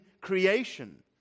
creation